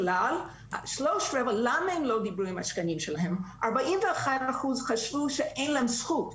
השאר לא עשו את זה כי 41% חשבו שאין להם זכות,